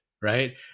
right